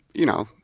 you know,